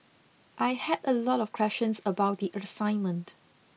I had a lot of questions about the assignment